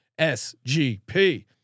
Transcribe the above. SGP